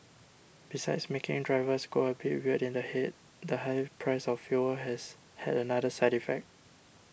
besides making drivers go a bit weird in the head the high price of fuel has had another side effect